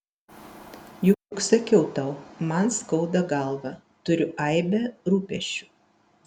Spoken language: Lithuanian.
juk sakiau tau man skauda galvą turiu aibę rūpesčių